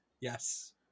yes